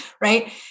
right